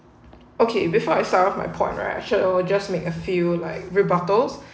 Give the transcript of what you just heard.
okay before I serve my point right I'll just make a few like rebuttals